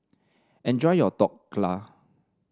enjoy your Dhokla